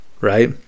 right